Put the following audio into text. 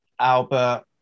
Albert